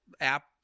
app